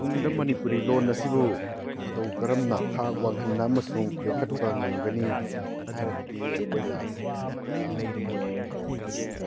ꯇꯨꯡꯗ ꯃꯅꯤꯄꯨꯔꯤ ꯂꯣꯟ ꯑꯁꯤꯕꯨ ꯃꯇꯧ ꯀꯔꯝꯅ ꯊꯥꯛ ꯋꯥꯡꯍꯟꯅ ꯑꯃꯁꯨꯡ ꯌꯣꯛꯈꯠꯄ ꯉꯝꯒꯅꯤ ꯍꯥꯏꯔꯒꯗꯤ ꯑꯩꯈꯣꯏꯅ ꯃꯅꯤꯄꯨꯔꯤ ꯂꯣꯟ ꯑꯁꯤ